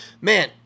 Man